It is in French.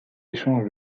échange